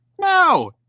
No